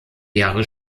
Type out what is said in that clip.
jahre